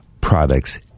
products